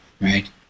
right